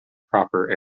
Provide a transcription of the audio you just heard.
proper